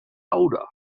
older